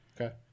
Okay